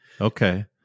okay